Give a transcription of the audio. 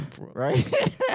right